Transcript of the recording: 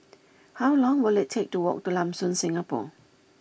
how long will it take to walk to Lam Soon Singapore